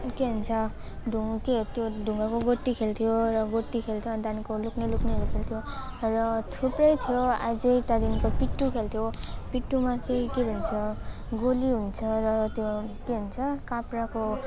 के भन्छ ढुङ के त्यो ढुङ्गाको गोटी खेल्थ्यो र गोटी खेल्थ्यो अनि त्यहाँको लुक्ने लुक्नेहरू खेल्थ्यो र थुप्रै थियो अझ त्यहाँदेखिको पिट्ठु खेल्थ्यो पिट्ठुमा चाहिँ के भन्छ गोली हुन्छ र त्यो के हुन्छ काप्राको